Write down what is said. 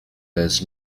does